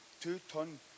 two-ton